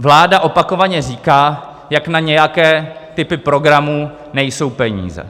Vláda opakovaně říká, jak na nějaké typy programů nejsou peníze.